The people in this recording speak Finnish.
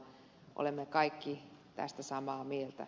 olemme kaikki tästä samaa mieltä